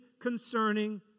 concerning